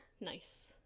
nice